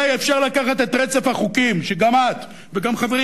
הרי אפשר לקחת את רצף החוקים שגם את וגם חברים